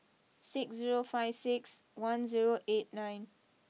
six zero five six one zero eight nine